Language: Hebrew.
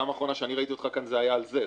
פעם אחרונה שאני ראיתי אותך כאן, זה היה על זה.